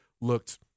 looked